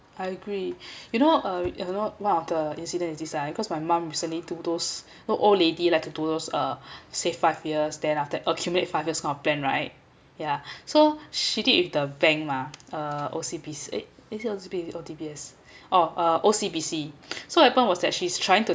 I agree you know uh you know one of the incident in this lah cause my mum recently do those know old lady like to do those uh save five years then after that accumulate five years kind of plan right ya so she did with the bank mah uh O_C_B_C eh is it O_C_B_C or D_B_S oh uh O_C_B_C so my mum was actually trying to